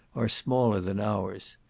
are smaller than ours.